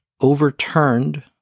overturned